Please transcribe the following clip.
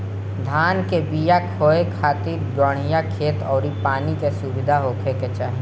धान कअ बिया के बोए खातिर बढ़िया खेत अउरी पानी के सुविधा होखे के चाही